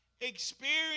Experience